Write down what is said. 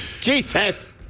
Jesus